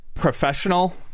professional